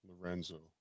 Lorenzo